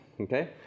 okay